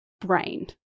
brain